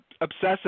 obsessive